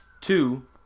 Two